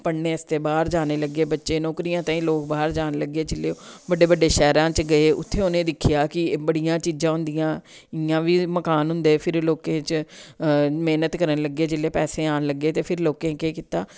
पढ़ने आस्ते बाह्र जाने लग्गे बच्चे नौकरियें ताईं लोग बाह्र जान लग्गे जेल्ले बड्डे बड्डे शैह्रां च गे उत्थे उने दिक्खेआ कि बड़ियां चीजां होंदियां इ'यां बी मकान होंदे फिर लोकें च मेहनत करन लगे जेल्ले पैसे आन लग्गे ते फिर लोकें केह् कीता